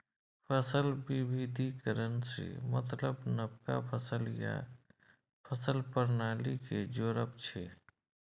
फसल बिबिधीकरण सँ मतलब नबका फसल या फसल प्रणाली केँ जोरब छै